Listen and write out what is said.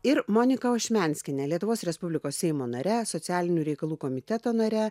ir monika aušmenskienė lietuvos respublikos seimo nare socialinių reikalų komiteto nare